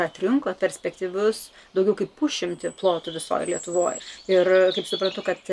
atrinkot perspektyvius daugiau kaip pusšimtį plotų visoj lietuvoj ir kaip suprantu kad